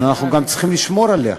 אז אנחנו גם צריכים לשמור עליה.